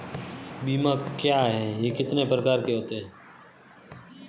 बीमा क्या है यह कितने प्रकार के होते हैं?